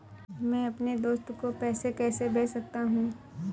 मैं अपने दोस्त को पैसे कैसे भेज सकता हूँ?